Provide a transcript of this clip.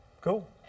Cool